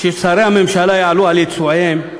כששרי הממשלה יעלו על יצועם,